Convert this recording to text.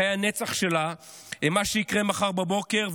חיי נצח שלה הם מה שיקרה מחר בבוקר,